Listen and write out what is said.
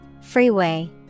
Freeway